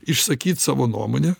išsakyt savo nuomonę